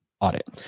audit